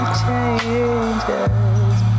Changes